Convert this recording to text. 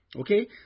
Okay